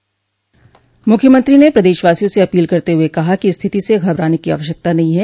मूख्यमंत्री ने प्रदेशवासियों से अपील करते हुए कहा कि स्थिति से घबराने की आवश्यकता नहीं है